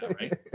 right